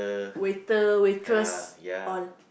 waiter waitress all